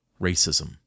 racism